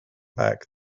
back